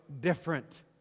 different